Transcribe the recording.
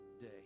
day